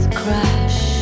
crash